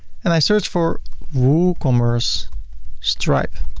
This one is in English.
and i search for woocommerce stripe.